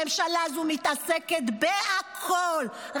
הממשלה הזו מתעסקת בכול,